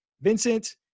Vincent